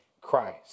Christ